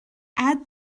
add